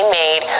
made